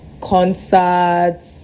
concerts